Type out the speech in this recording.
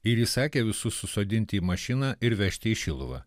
ir įsakė visus susodinti į mašiną ir vežti į šiluvą